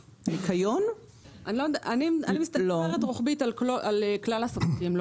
אני מסתכלת רוחבית, על כלל הספקים.